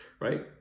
right